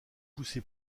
poussé